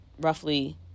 roughly